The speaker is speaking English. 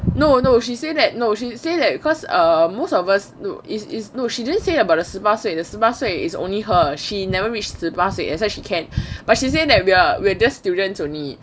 no no she say that no she say that cause err most of us no is is no she didn't say about 十八岁 the 十八岁 is only her she never reach 十八岁 that's why she can but she say that we are we're just students only